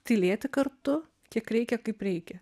tylėti kartu kiek reikia kaip reikia